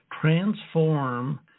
Transform